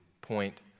point